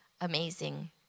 amazing